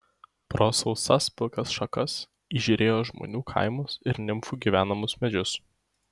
pro sausas pilkas šakas įžiūrėjo žmonių kaimus ir nimfų gyvenamus medžius